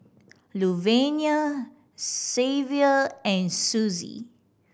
Luvenia Xzavier and Sussie